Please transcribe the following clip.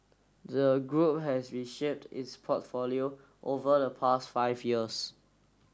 the group has reshaped its portfolio over the past five years